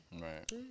Right